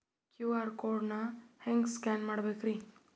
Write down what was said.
QR code ನಾ ಹೆಂಗ scan ಮಾಡಬೇಕ್ರಿ?